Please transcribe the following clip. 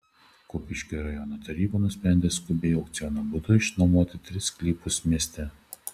kupiškio rajono taryba nusprendė skubiai aukciono būdu išnuomoti tris sklypus mieste